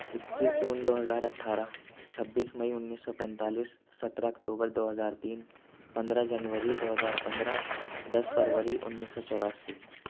اکیس جون دو ہزار اٹھارہ چھبیس مئی انیس سو پینتالیس سترہ اکٹوبر دو ہزار تین پندرہ جنوری دو ہزار پندرہ دس فروری انیس سو چوراسی